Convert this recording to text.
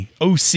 OC